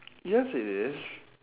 yes it is